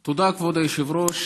תודה, כבוד היושב-ראש.